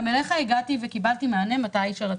גם אליך הגעתי וקיבלתי מענה מתי שרציתי,